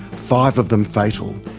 five of them fatal,